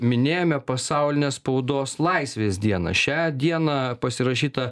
minėjome pasaulinę spaudos laisvės dieną šią dieną pasirašyta